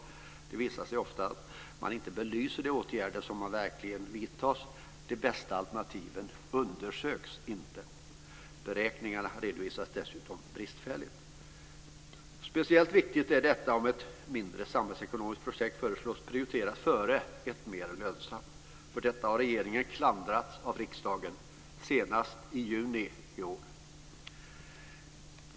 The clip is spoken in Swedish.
Det visar sig ofta att man inte belyser de åtgärder som verkligen vidtas. De bästa alternativen undersöks inte. Beräkningarna redovisas dessutom bristfälligt. Speciellt viktigt är detta om ett mindre samhällsekonomiskt projekt föreslås prioriteras före ett mer lönsamt. För detta har regeringen klandrats av riksdagen, senast i juni i år.